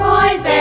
Boys